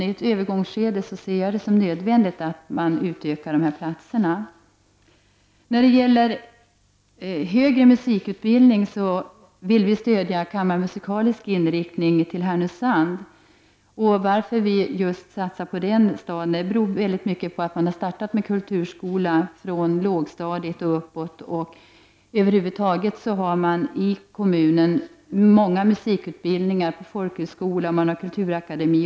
Under ett övergångsskede ser jag det som nödvändigt att man utökar dessa platser. När det gäller högre musikutbildning vill vi i miljöpartiet stödja kammar musikalisk inriktning till Härnösand. Vi vill satsa så mycket på den staden därför att man där har startat med kulturskola från lågstadiet och uppåt. Det finns över huvud taget många musikutbildningar i kommunen: folkhögskola och kulturakademi.